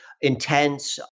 intense